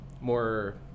more